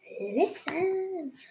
listen